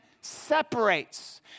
separates